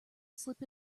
slip